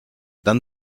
dann